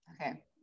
Okay